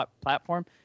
platform